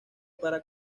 para